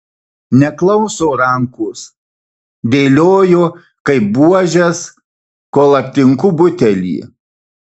neklauso rankos dėlioju kaip buožes kol aptinku butelį